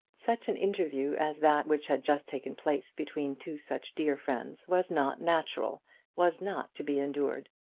such an interview as that which had just taken place between two such dear friends was not natural was not to be endured.